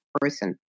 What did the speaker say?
person